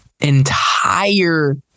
entire